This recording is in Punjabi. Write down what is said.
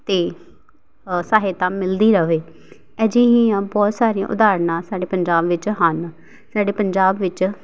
ਅਤੇ ਸਹਾਇਤਾ ਮਿਲਦੀ ਰਹੇ ਅਜਿਹੀਆਂ ਬਹੁਤ ਸਾਰੀਆਂ ਉਦਾਹਰਨਾਂ ਸਾਡੇ ਪੰਜਾਬ ਵਿੱਚ ਹਨ ਸਾਡੇ ਪੰਜਾਬ ਵਿੱਚ